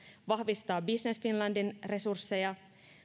vahvistaa business finlandin resursseja